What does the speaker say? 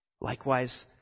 Likewise